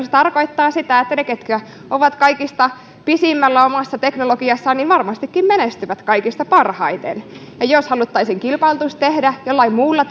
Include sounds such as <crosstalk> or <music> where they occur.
<unintelligible> se tarkoittaa sitä että ne ketkä ovat kaikista pisimmällä omassa teknologiassaan varmastikin menestyvät kaikista parhaiten jos haluttaisiin kilpailutus tehdä jollain muulla <unintelligible>